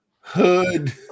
hood